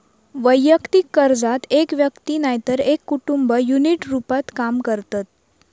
वैयक्तिक कर्जात एक व्यक्ती नायतर एक कुटुंब युनिट रूपात काम करतत